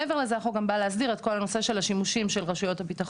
מעבר לזה החוק גם בא להסדיר את כל הנושא של השימושים של רשויות הביטחון,